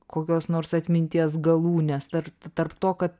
kokios nors atminties galūnės tar tarp to kad